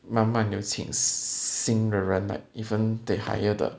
慢慢有请新的人 like even they hire the